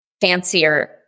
fancier